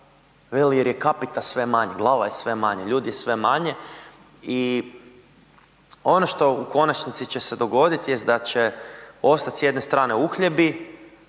jer je capita sve manja, lova je sve manja, ljudi je sve manje. I ono što u konačnici će se dogoditi jest da će ostat s jedne strane uhljebi,